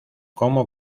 como